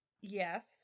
yes